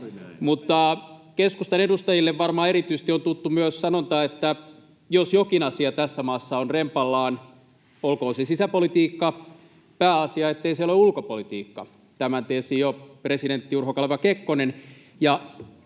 keskustan edustajille varmaan erityisesti on tuttu myös sanonta: ”Jos jokin asia tässä maassa on rempallaan, olkoon se sisäpolitiikka. Pääasia, ettei se ole ulkopolitiikka.” Tämän tiesi jo presidentti Urho Kaleva Kekkonen.